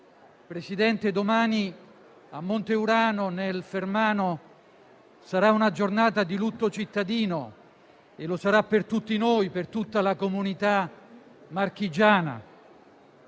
Presidente. Domani a Monte Urano, nel Fermano, sarà una giornata di lutto cittadino e lo sarà per tutti noi, per tutta la comunità marchigiana,